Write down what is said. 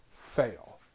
fail